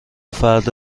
فرد